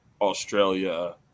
Australia –